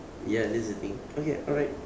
ya that's the thing okay alright